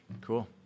Cool